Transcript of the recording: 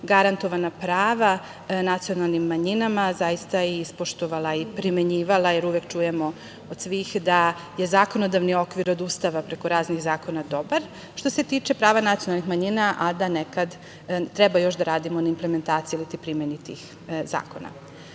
garantovana prava nacionalnim manjinama zaista i ispoštovala i primenjivala, jer uvek čujemo od svih da je zakonodavni okvir od Ustava preko raznih zakona dobar, što se tiče prava nacionalnih manjina, a da nekad treba još da radimo na implementaciji iliti primeni tih zakona. Stav